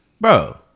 bro